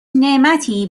نعمتی